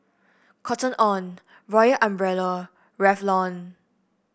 Cotton On Royal Umbrella Revlon